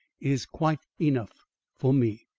is quite enough for me.